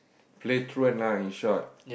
play truant lah in short